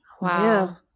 Wow